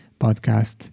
podcast